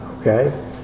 Okay